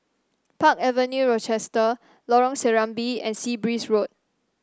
Park Avenue Rochester Lorong Serambi and Sea Breeze Road